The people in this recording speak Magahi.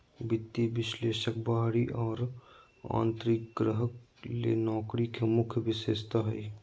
वित्तीय विश्लेषक बाहरी और आंतरिक ग्राहक ले नौकरी के मुख्य विशेषता हइ